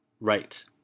right